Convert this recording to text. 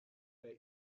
bei